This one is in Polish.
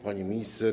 Pani Minister!